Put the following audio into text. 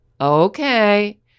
okay